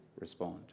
respond